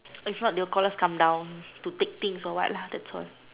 if not they will call us come down to take things or what like that's all